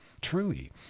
truly